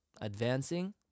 advancing